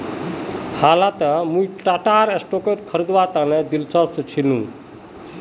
हालत मुई टाटार स्टॉक खरीदवात दिलचस्प छिनु